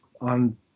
on